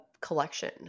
collection